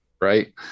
Right